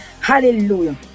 hallelujah